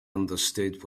understood